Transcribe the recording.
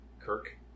Kirk